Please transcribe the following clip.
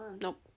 Nope